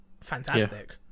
fantastic